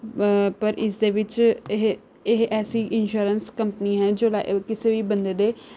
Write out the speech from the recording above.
ਪਰ ਇਸਦੇ ਵਿੱਚ ਇਹ ਇਹ ਐਸੀ ਇੰਸ਼ੋਰੈਂਸ ਕੰਪਨੀ ਹੈ ਜੋ ਕਿਸੇ ਵੀ ਬੰਦੇ ਦੇ